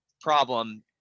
problem